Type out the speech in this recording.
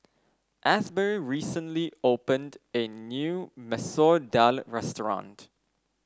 Asberry recently opened a new Masoor Dal Restaurant